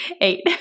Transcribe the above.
Eight